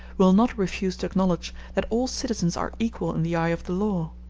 will not refuse to acknowledge that all citizens are equal in the eye of the law.